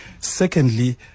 Secondly